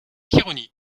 khirouni